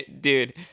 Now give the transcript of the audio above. dude